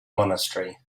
monastery